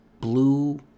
Blue